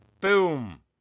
Boom